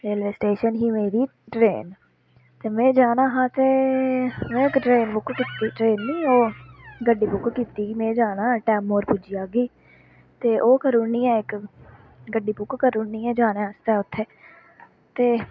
railway station ही मेरी train ते में जाना हा ते में इक ट्रेन बुक कीती ट्रेन नी ओह् गड्डी बुक कीती ही में जाना टैमै पर पुज्जी जाह्गी ते ओह् करुनी आ इक गड्डी बुक करुनी जाने आस्तै उत्थै ते